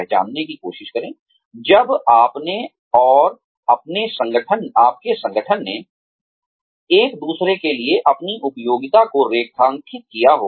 पहचानने की कोशिश करें जब आपने और आपके संगठन ने एक दूसरे के लिए आपकी उपयोगिता को रेखांकित किया हो